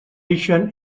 ixen